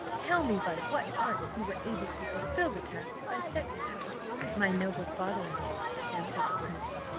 tell me by what arts you were able to fulfil the tasks i set you my noble father-in-law answered the prince,